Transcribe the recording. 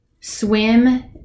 swim